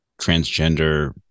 transgender